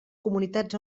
comunitats